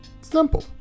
Simple